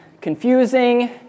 confusing